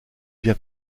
bien